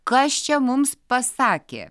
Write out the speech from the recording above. kas čia mums pasakė